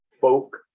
folk